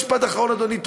ומשפט אחרון, אדוני.